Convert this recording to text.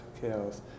chaos